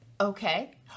okay